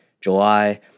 July